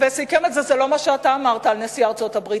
זה לא מה שאתה אמרת על נשיא ארצות-הברית.